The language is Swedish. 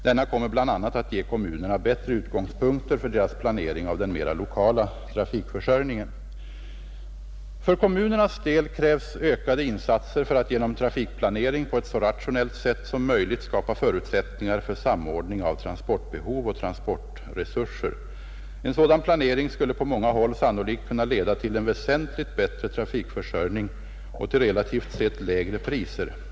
Denna kommer bl.a. att ge kommunerna bättre utgångspunkter för deras planering av den mera lokala trafikförsörjningen. För kommunernas del krävs ökade insatser för att genom trafikplanering på ett så rationellt sätt som möjligt skapa förutsättningar för samordning av transportbehov och transportresurser. En sådan planering skulle på många håll sannolikt kunna leda till en väsentligt bättre trafikförsörjning och till relativt sett lägre priser.